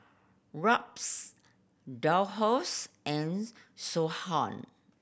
Robs Dolphus and Siobhan